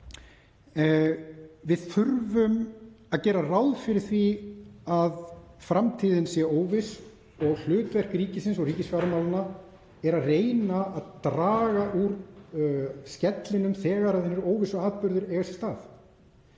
Við þurfum að gera ráð fyrir því að framtíðin sé óviss og hlutverk ríkisins og ríkisfjármálanna er að reyna að draga úr skellinum þegar óvissuatburðir eiga sér stað.